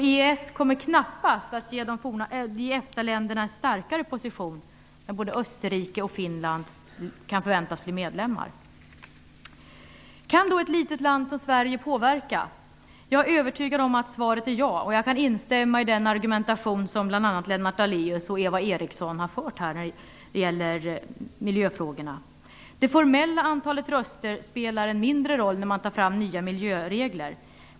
EES kommer knappast att ge EFTA-länderna en starkare position när både Österrike och Finland kan förväntas bli medlemmar. Kan då ett litet land som Sverige påverka? Jag är övertygad om att svaret är ja. Jag kan instämma i den argumentation som bl.a. Lennart Daléus och Eva Eriksson har bedrivit här när det gäller miljöfrågorna. Det formella antalet röster spelar en mindre roll när man tar fram nya miljöregler.